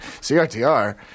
C-R-T-R